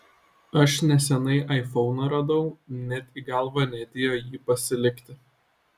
aš neseniai aifoną radau net į galvą neatėjo jį pasilikti